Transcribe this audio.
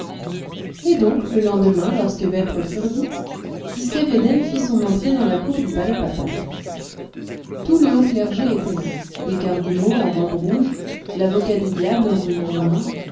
et donc le lendemain lorsque vêpres furent dites tistet védène fit son entrée dans la cour du palais papal tout le haut clergé était là les cardinaux en robes rouges l'avocat du diable en velours noir